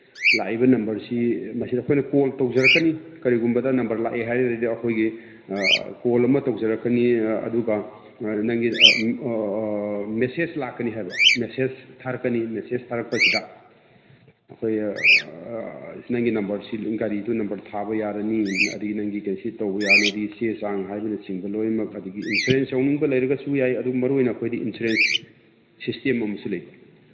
ꯂꯥꯛꯏꯕ ꯅꯝꯕꯔꯁꯤ ꯃꯁꯤꯗ ꯑꯩꯈꯣꯏꯅ ꯀꯣꯜ ꯇꯧꯖꯔꯛꯀꯅꯤ ꯀꯔꯤꯒꯨꯝꯕꯗ ꯅꯝꯕꯔ ꯂꯥꯛꯑꯦ ꯍꯥꯏꯔꯒꯗꯤ ꯑꯩꯈꯣꯏꯒꯤ ꯀꯣꯜ ꯑꯃ ꯇꯧꯖꯔꯛꯀꯅꯤ ꯑꯗꯨꯒ ꯅꯪꯒꯤ ꯃꯦꯁꯦꯖ ꯂꯥꯛꯀꯅꯤ ꯍꯥꯏꯕ ꯃꯦꯁꯦꯖ ꯊꯥꯔꯛꯀꯅꯤ ꯃꯦꯁꯦꯖ ꯊꯥꯔꯛꯄꯁꯤꯗ ꯑꯩꯈꯣꯏ ꯅꯝꯒꯤ ꯅꯝꯕꯔꯁꯤ ꯒꯥꯔꯤꯗꯨ ꯅꯝꯕꯔ ꯊꯥꯕ ꯌꯥꯔꯅꯤ ꯑꯗꯒꯤ ꯅꯪꯒꯤ ꯁꯤ ꯇꯧꯕ ꯌꯥꯅꯤ ꯑꯗꯩ ꯆꯦ ꯆꯥꯡ ꯍꯥꯏꯕꯅꯆꯤꯡꯕ ꯂꯣꯏꯃꯛ ꯑꯗꯒꯤ ꯏꯟꯁꯨꯔꯦꯟꯁ ꯌꯥꯎꯅꯤꯡꯕ ꯂꯩꯔꯒꯁꯨ ꯌꯥꯏ ꯑꯗꯨ ꯃꯔꯨ ꯑꯣꯏꯅ ꯑꯩꯈꯣꯏꯅ ꯏꯟꯁꯨꯔꯦꯟꯁ ꯁꯤꯁꯇꯦꯝꯁꯨ ꯂꯩꯕ